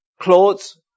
clothes